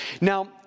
Now